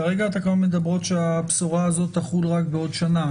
כרגע התקנות מדברות על כך שהבשורה הזו תחול רק בעוד שנה.